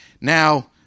Now